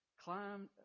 climbed